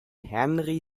henry